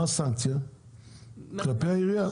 מה הסנקציה כלפי העירייה?